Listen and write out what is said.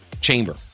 chamber